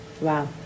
Wow